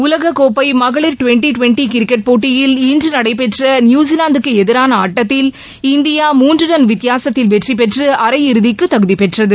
உலககோப்பைமகளிர் twenty twenty cricket போட்டியில் இன்றுநஎடபெற்றியுசிலாந்துக்குஎதிரானஆட்டத்தில் India மூன்றுரன் வித்தியாசத்தில் வெற்றிபெற்று அரை இறுதிக்குதகுதிபெற்றது